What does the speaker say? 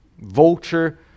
Vulture